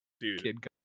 Dude